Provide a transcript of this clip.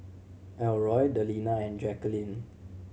Elroy Delina and Jackeline